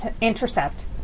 intercept